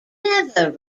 never